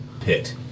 pit